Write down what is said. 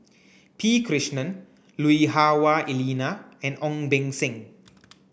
P Krishnan Lui Hah Wah Elena and Ong Beng Seng